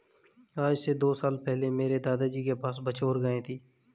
आज से दो साल पहले मेरे दादाजी के पास बछौर गाय थी